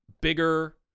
bigger